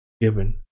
given